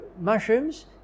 mushrooms